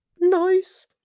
Nice